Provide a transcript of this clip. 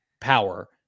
power